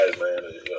man